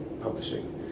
publishing